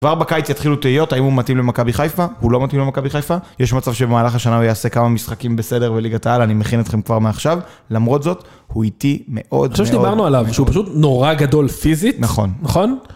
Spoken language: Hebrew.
כבר בקיץ יתחילו תהיות, האם הוא מתאים למכבי חיפה, הוא לא מתאים למכבי חיפה. יש מצב שבמהלך השנה הוא יעשה כמה משחקים בסדר בליגת העל, אני מכין אתכם כבר מעכשיו. למרות זאת, הוא איטי מאוד מאוד... אני חושב שדיברנו עליו, שהוא פשוט נורא גדול פיזית. נכון. נכון?